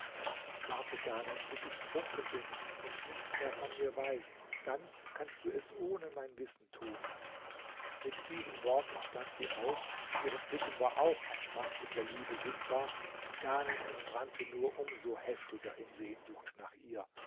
warte ghanem bis ich trunken bin und nichts mehr von mir weiß dann kannst du es ohne mein wissen tun mit diesen worten stand sie auf in ihren blicken war auch ein schmachten der liebe sichtbar ghanem entbrannte nur um so heftiger in sehnsucht nach ihr